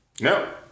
no